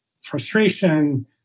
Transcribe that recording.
frustration